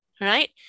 Right